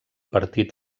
partit